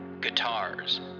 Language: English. Guitars